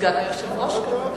סגן היושב-ראש.